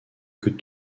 que